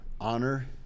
honor